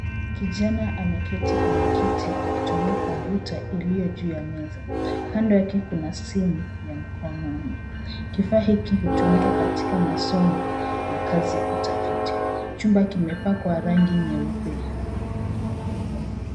Kijana ameketi kwenye kiti akitumia kompyuta iliojuu ya meza, kando yake kuna simu ya mkononi. Kifaa hiki hutumika katika masomo na kazi ya utafiti. Chumba kimepakwa rangi nyeupe.